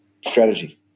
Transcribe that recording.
strategy